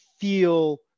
feel